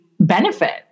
benefit